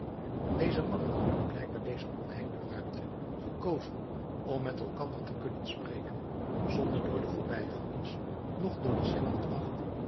deze mannen hadden blijkbaar deze omheinde ruimte gekozen om met elkander te kunnen spreken zonder door de voorbijgangers noch door den